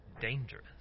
dangerous